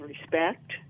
respect